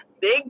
Big